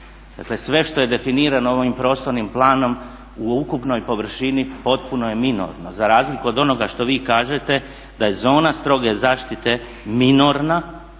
sve što je definirano ovim prostornim planom u ukupnoj površini potpuno je minorno za razliku od onoga što vi kažete da je zona stroge zaštite minorna,